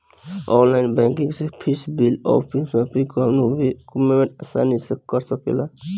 online banking से fees, bill, shopping अउरी कवनो भी पेमेंट आसानी से कअ सकेला